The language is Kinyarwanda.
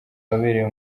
wabereye